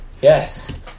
Yes